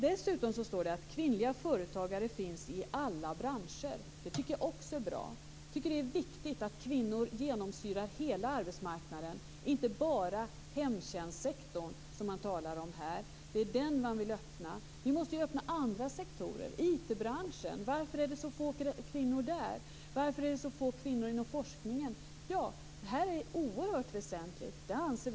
Dessutom står det att kvinnliga företagare finns i alla branscher. Det tycker jag också är bra. Jag tycker att det är viktigt att kvinnor genomsyrar hela arbetsmarknaden, inte bara hemtjänstsektorn, som man talar om här. Det är den man vill öppna. Vi måste öppna andra sektorer. Varför är det så få kvinnor i IT branschen? Varför är det så få kvinnor inom forskningen? Det här är oerhört väsentligt.